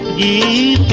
eee